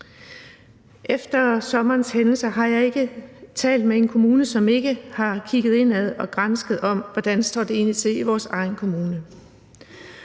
Efter sommerens hændelse har jeg ikke talt med en kommune, som ikke har kigget indad og gransket, hvordan det egentlig står til i deres egen kommune,